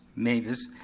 mavis,